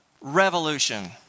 revolution